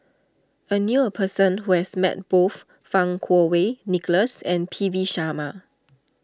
I knew a person who has met both Fang Kuo Wei Nicholas and P V Sharma